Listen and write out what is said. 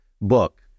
book